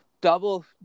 double